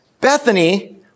Bethany